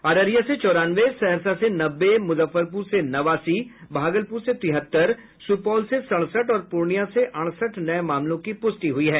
अररिया से चौरानवे सहरसा से नब्बे मुजफ्फरपुर से नवासी भागलपुर से तिहत्तर सुपौल से सड़सठ और पूर्णिया से अड़सठ नये मामलों की पुष्टि हुई है